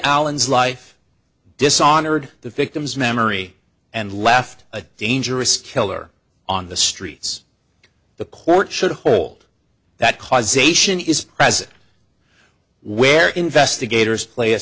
allen's life dishonored the victim's memory and left a dangerous killer on the streets the court should hold that causation is prez where investigators play a